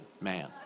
man